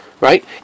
Right